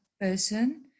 person